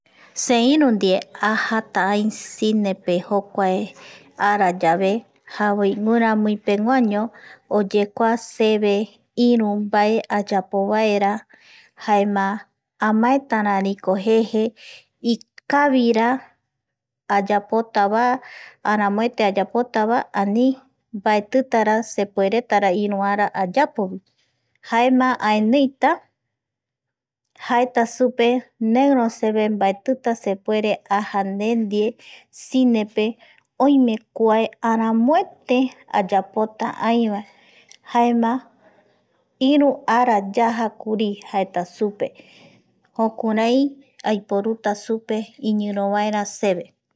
Seirundie ajata ai cinepe jokuae ara yave jaema guiramui peguaño oyekua seve iru mbae ayapovaera jaema amaetarariko jeje ikavira ayapotavae aramoete ayapotavae ani mbaetitara ani sepueretara iru ara ayapo jaema aeniita jaeta supe neiro seve mbaetita sepuerea aja nde ndie cinepe oime kua aramoete ayapota aivae jaema iru ara yajakuri jaeta supe jukurai aiporuta supe iñiro vaera seve